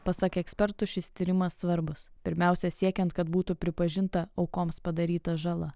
pasak ekspertų šis tyrimas svarbus pirmiausia siekiant kad būtų pripažinta aukoms padaryta žala